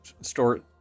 store